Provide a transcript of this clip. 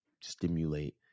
stimulate